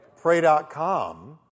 pray.com